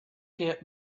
get